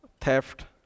theft